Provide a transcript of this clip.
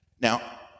Now